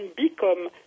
become